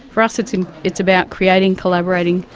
for us it's and it's about creating, collaborating,